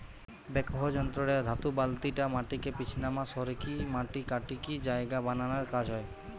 backhoe যন্ত্র রে ধাতু বালতিটা মাটিকে পিছনমা সরিকি মাটি কাটিকি জায়গা বানানার কাজ হয়